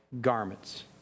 garments